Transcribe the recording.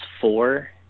four